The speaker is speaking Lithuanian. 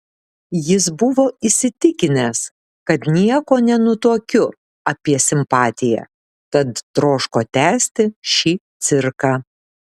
jis buvo įsitikinęs kad nieko nenutuokiu apie simpatiją tad troško tęsti šį cirką